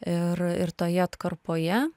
ir ir toje atkarpoje